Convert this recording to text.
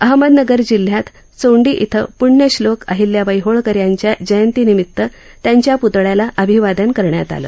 अहमदनगर जिल्ह्यात चोंडी ि पुण्यश्रोक अहिल्याबाई होळकर यांच्या जयंतीनिमित्त त्यांच्या पुतळ्याला अभिवादन करण्यात आलं